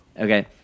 Okay